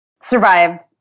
survived